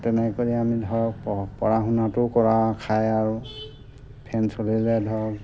তেনে কৰি আমি ধৰক পঢ়া শুনাটো কৰা খায় আৰু ফেন চলিলে ধৰক